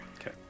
Okay